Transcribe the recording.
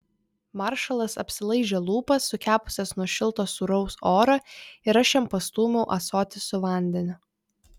maršalas apsilaižė lūpas sukepusias nuo šilto sūraus oro ir aš jam pastūmiau ąsotį su vandeniu